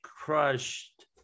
crushed